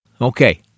Okay